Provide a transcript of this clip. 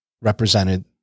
represented